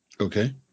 Okay